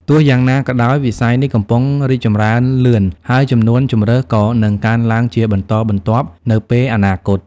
ទោះយ៉ាងណាក៏ដោយ វិស័យនេះកំពុងរីកចម្រើនលឿន ហើយចំនួនជម្រើសក៏នឹងកើនឡើងជាបន្តបន្ទាប់នៅពេលអនាគត។